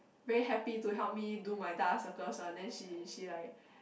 very happy to help me do my dark eye circles one then she she like